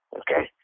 okay